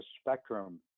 spectrum